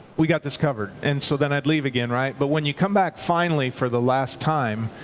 we got this covered. and so then i'd leave again, right. but when you come back finally for the last time,